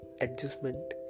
adjustment